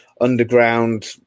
underground